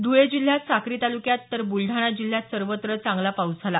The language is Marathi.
ध्वळे जिल्ह्यात साक्री तालुक्यात तर ब्लडाणा जिल्ह्यात सर्वत्र चांगला पाऊस झाला